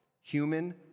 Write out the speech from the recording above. Human